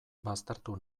baztertu